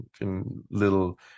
little